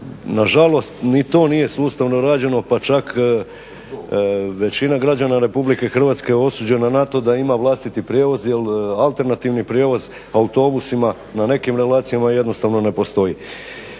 nažalost ni to nije sustavno rađeno pa čak većina građana RH osuđena je na to da ima vlastiti prijevoz jer alternativni prijevoz autobusima na nekim relacijama jednostavno ne postoji.